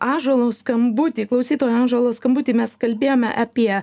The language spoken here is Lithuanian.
ąžuolo skambutį klausytojo ąžuolo skambutį mes kalbėjome apie